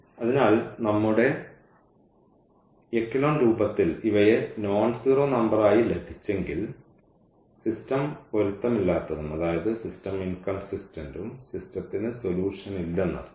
അതിനാൽ നമ്മുടെ എക്കലോൺ രൂപത്തിൽ ഇവയെ നോൺസീറോ നമ്പറായി ലഭിച്ചെങ്കിൽ സിസ്റ്റം പൊരുത്തമില്ലാത്തതും സിസ്റ്റത്തിന് സൊല്യൂഷനില്ലെന്നർത്ഥം